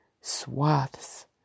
swaths